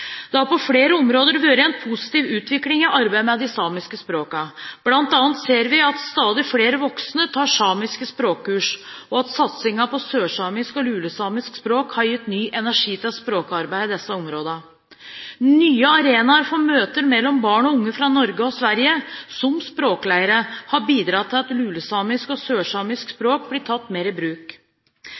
Det har på flere områder vært en positiv utvikling i arbeidet med de samiske språkene, bl.a. ser vi at stadig flere voksne tar samiske språkkurs, og at satsingen på sørsamisk og lulesamisk språk har gitt ny energi til språkarbeidet i disse områdene. Nye arenaer for møter mellom barn og unge fra Norge og Sverige, som språkleirer, har bidratt til at lulesamisk og sørsamisk språk blir tatt mer i bruk.